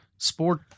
Sport